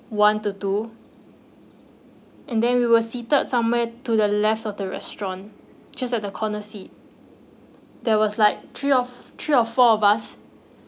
one to two and then we were seated somewhere to the left of the restaurant just at the corner seat there was like three or three or four of us